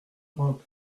robe